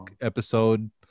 episode